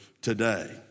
today